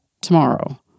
tomorrow